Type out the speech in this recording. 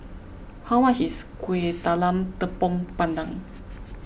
how much is Kueh Talam Tepong Pandan